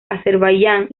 azerbaiyán